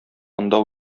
анда